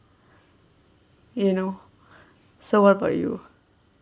you know so what about you